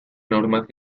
normas